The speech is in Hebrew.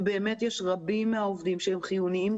ובאמת יש רבים מהעובדים שהם חיוניים,